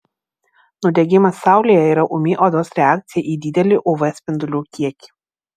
nudegimas saulėje yra ūmi odos reakcija į didelį uv spindulių kiekį